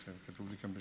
זה כתוב לי כאן בטעות,